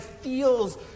feels